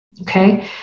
Okay